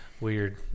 Weird